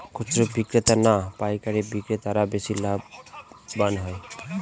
খুচরো বিক্রেতা না পাইকারী বিক্রেতারা বেশি লাভবান হয়?